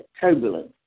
turbulence